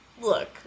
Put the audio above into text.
look